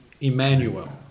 Emmanuel